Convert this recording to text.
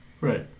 right